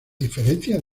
diferencia